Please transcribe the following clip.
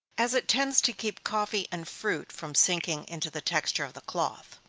as it tends to keep coffee and fruit from sinking into the texture of the cloth.